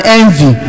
envy